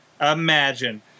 Imagine